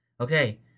Okay